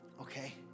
okay